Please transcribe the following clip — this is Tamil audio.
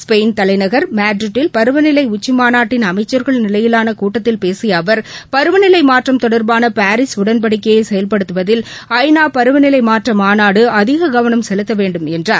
ஸ்பெயின் தலைநகர் மேட்ரிட்டில் பருவநிலை உச்சிமாநாட்டின் அமைச்சர்கள் நிலையிலான கூட்டத்தில் பேசிய அவர் பருவநிலை மாற்றம் தொடர்பான பாரிஸ் உடன்படிக்கையை செயல்படுத்துவதில் ஐ நா பருவநிலை மாற்ற மாநாடு அதிக கவனம் செலுத்த வேண்டும் என்றார்